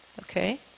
okay